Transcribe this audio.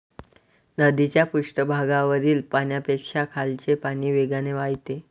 नदीच्या पृष्ठभागावरील पाण्यापेक्षा खालचे पाणी वेगाने वाहते